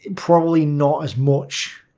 and probably not as much.